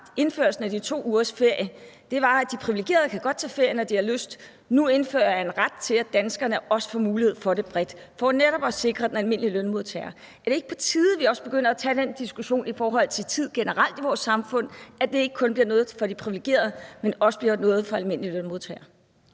og indførelsen af de 2 ugers ferie, så var det: De privilegerede kan godt tage ferie, når de har lyst, så nu indfører jeg er en ret til, at danskerne også får mulighed for det bredt for netop at sikre den almindelige lønmodtager. Er det ikke på tide, at vi også begynder at tage den diskussion i forhold til tid generelt i vores samfund, altså at det ikke kun er noget for de privilegerede, men også bliver noget for de almindelige lønmodtagere?